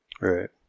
right